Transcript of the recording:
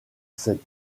cette